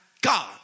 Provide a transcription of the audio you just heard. God